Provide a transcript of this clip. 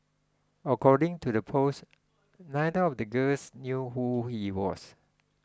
according to the post neither of the girls knew who he was